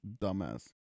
dumbass